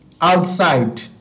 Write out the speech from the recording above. outside